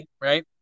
right